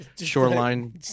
shoreline